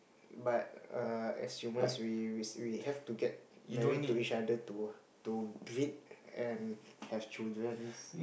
but err as human we we have to get married to each other to to breed and have children